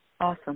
Awesome